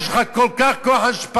יש לך כל כך הרבה כוח השפעה,